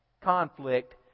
conflict